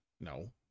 No